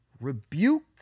rebuke